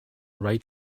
right